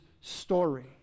story